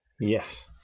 Yes